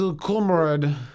comrade